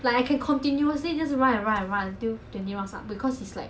orh 可能两三圈 hor 不见 liao bye bye